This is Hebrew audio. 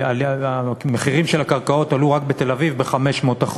המחירים של הקרקעות עלו רק בתל-אביב ב-500%,